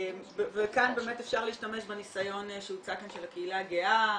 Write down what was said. כאן באמת אפשר להשתמש בניסיון שהוצע כאן של הקהילה הגאה,